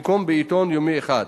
במקום בעיתון יומי אחד.